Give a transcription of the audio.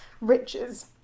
riches